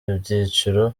ibyiciro